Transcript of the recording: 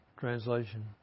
translation